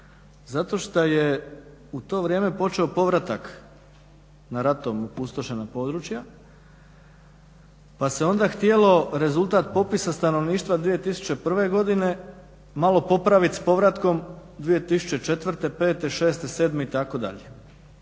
zato što je u to vrijeme počeo povratak na ratom opustošena područja pa se onda htjelo rezultat popisa stanovništva 2001. godine malo popraviti s povratkom 2004., 2005.,